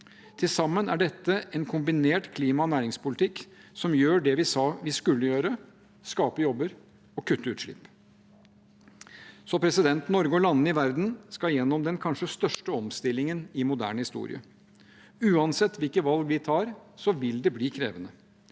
Til sammen er dette en kombinert klima- og næringspolitikk som gjør det vi sa vi skulle gjøre – skape jobber og kutte utslipp. Norge og landene i verden skal gjennom den kanskje største omstillingen i moderne historie. Uansett hvilke valg vi tar, vil det bli krevende,